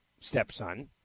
stepson